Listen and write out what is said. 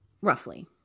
Roughly